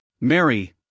Mary